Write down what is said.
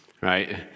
right